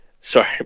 Sorry